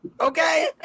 okay